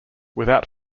without